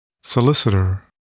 Solicitor